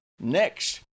next